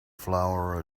flower